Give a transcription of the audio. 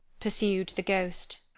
pursued the ghost.